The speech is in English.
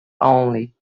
only